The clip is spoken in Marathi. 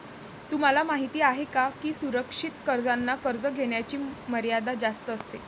तुम्हाला माहिती आहे का की सुरक्षित कर्जांना कर्ज घेण्याची मर्यादा जास्त असते